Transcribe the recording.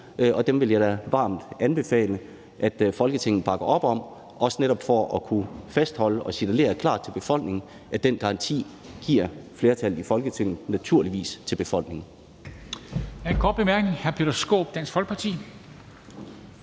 og dem vil jeg da varmt anbefale at Folketinget bakker op om, også netop for at kunne fastholde og signalere klart til befolkningen, at den garanti giver flertallet i Folketinget naturligvis til befolkningen.